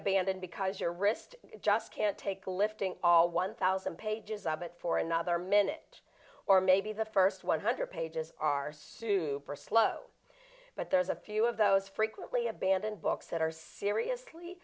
abandoned because your wrist just can't take lifting all one thousand pages of it for another minute or maybe the first one hundred pages are super slow but there's a few of those frequently abandon books that are seriously